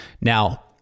now